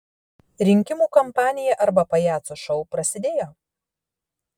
rinkimų kampanija arba pajacų šou prasidėjo